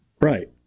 Right